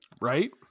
right